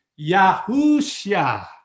Yahushua